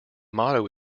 motto